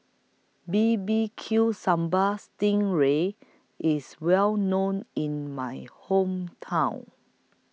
B B Q Sambal Sting Ray IS Well known in My Hometown